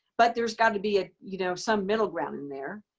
but there's got to be ah you know some middle ground in there.